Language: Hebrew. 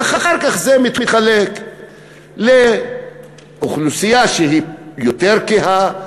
ואחר כך זה מתחלק לאוכלוסייה שהיא יותר כהה,